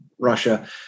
Russia